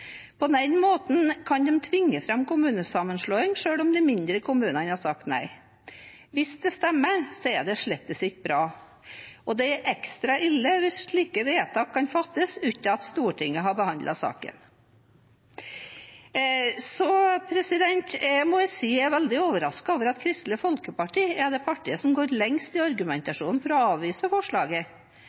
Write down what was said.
På den måten kan de tvinge fram kommunesammenslåing selv om de mindre kommunene har sagt nei. Hvis det stemmer, er det slett ikke bra. Og det er ekstra ille hvis slike vedtak kan fattes uten at Stortinget har behandlet saken. Så må jeg si at jeg er veldig overrasket over at Kristelig Folkeparti er det partiet som går lengst i argumentasjonen for å avvise forslaget.